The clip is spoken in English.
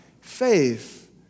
faith